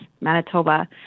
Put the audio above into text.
Manitoba